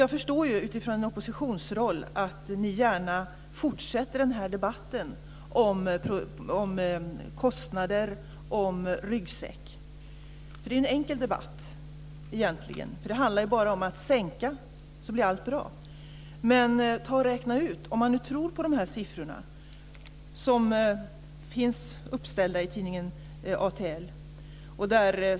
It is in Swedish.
Jag förstår att ni gärna utifrån er oppositionsroll fortsätter denna debatt om kostnader och om ryggsäck, för det är en enkel debatt. Det handlar bara om att man ska sänka, så blir allt blir bra. Men ta och räkna ut det, om ni nu tror på de siffror som finns uppställda i tidningen ATL.